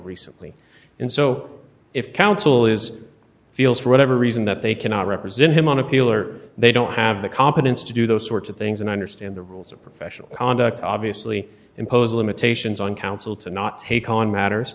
recently and so if counsel is feels for whatever reason that they cannot represent him on appeal or they don't have the competence to do those sorts of things and i understand the rules of professional conduct obviously impose limitations on council to not take on matters